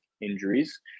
injuries